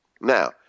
Now